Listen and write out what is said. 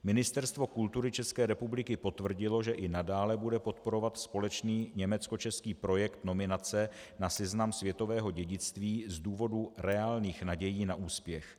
Ministerstvo kultury České republiky potvrdilo, že i nadále bude podporovat společný německočeský projekt nominace na seznam světového dědictví z důvodu reálných nadějí na úspěch.